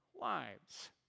lives